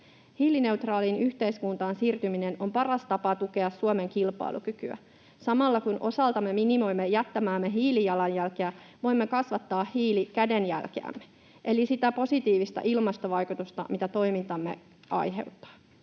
Hiilineutraaliin yhteiskuntaan siirtyminen on paras tapa tukea Suomen kilpailukykyä. Samalla kun osaltamme minimoimme jättämäämme hiilijalanjälkeä, voimme kasvattaa hiilikädenjälkeämme eli sitä positiivista ilmastovaikutusta, mitä toimintamme aiheuttaa.